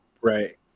Right